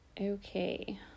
Okay